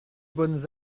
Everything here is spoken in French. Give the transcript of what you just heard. bonnes